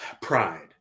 pride